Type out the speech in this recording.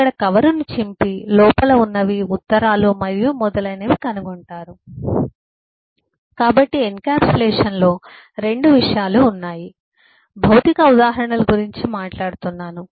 అక్కడ కవరును చింపి లోపల వున్నవి ఉత్తరాలు మరియు మొదలైనవి కనుగొంటారు కాబట్టి ఎన్క్యాప్సులేషన్లో 2 విషయాలు ఉన్నాయి కాబట్టి భౌతిక ఉదాహరణల గురించి మాట్లాడుతున్నాను